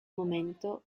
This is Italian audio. momento